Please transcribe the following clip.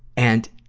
and,